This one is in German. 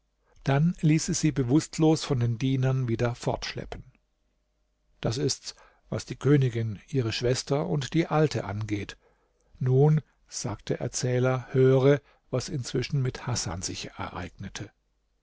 dann ließ sie sie bewußtlos von den dienern wieder fortschleppen das ist's was die königin ihre schwester und die alte angeht nun sagt der erzähler höre was inzwischen mit hasan sich ereignete